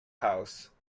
house